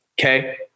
okay